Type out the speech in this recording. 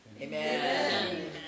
Amen